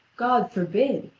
god forbid.